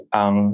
ang